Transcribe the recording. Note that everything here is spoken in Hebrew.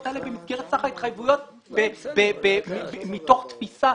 האלה במסגרת סך ההתחייבויות מתוך תפיסה